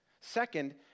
Second